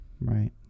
right